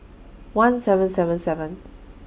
one seven seven seven